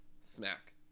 Smack